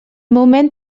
moment